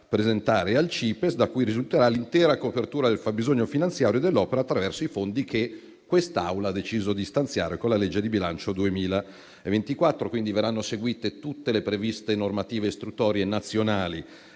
presentare al CIPESS, da cui risulterà l'intera copertura del fabbisogno finanziario dell'opera attraverso i fondi che quest'Aula ha deciso di stanziare con la legge di bilancio 2024. Verranno seguite quindi tutte le previste normative istruttorie nazionali